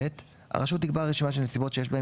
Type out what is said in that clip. (ב) הרשות תקבע רשימה של נסיבות שיש בהן